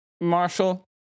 Marshall